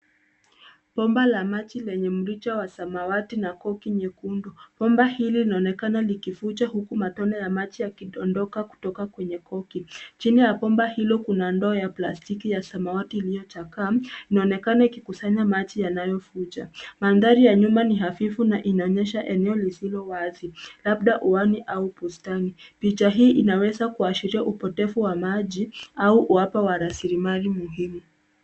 Bomba la maji lenye mrija wa samawati na koki nyekundu. Bomba hili linaonekana likivuja huku matone ya maji yakidondoka kutoka kwenye koki. Chini ya bomba hilo kuna ndoo ya plastiki ya samawati iliyochakaa inaonekana ikikusanya maji yanayovuja. Mandhari ya nyuma ni hafifu na inaonyesha eneo lisilo wazi labda uani au bustani. Picha hii inaweza kuashiria upotevu wa maji au uwepo wa rasilimali muhimu.